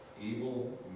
evil